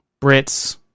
Brits